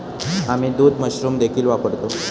आम्ही दूध मशरूम देखील वापरतो